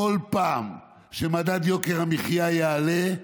בכל פעם שמדד יוקר המחיה יעלה,